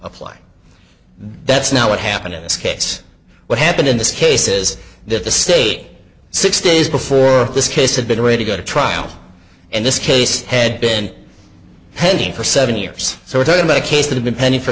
apply that's not what happened in this case what happened in this case is that the state six days before this case had been ready to go to trial and this case had been pending for seven years so we're talking about a case that have been pending for